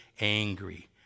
angry